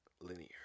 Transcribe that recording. Linear